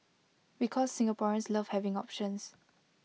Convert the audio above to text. because Singaporeans love having options